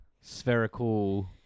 spherical